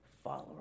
Followers